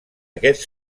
aquest